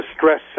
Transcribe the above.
stress